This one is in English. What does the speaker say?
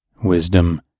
wisdom